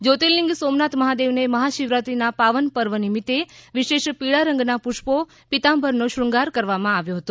જ્યોતિર્લિંગ સોમનાથ મહાદેવને મહા શિવરાત્રીના પાવન પર્વ નિમિત્ત વિશેષ પીળા રંગનાં પુષ્પો પીતાંબરનો શૃંગાર કરવામાં આવેલ છે